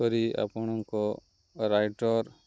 କରି ଆପଣଙ୍କ ରାଇଟର୍